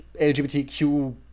LGBTQ